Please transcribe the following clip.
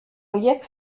horiek